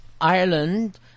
Ireland